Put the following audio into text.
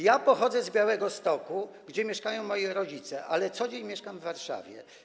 Ja pochodzę z Białegostoku, gdzie mieszkają moi rodzice, ale na co dzień mieszkam w Warszawie.